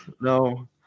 no